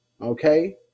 okay